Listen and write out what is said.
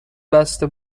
بسته